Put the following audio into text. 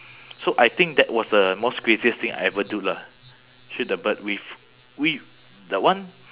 so I think that was the most craziest thing I ever do lah shoot the bird with we that one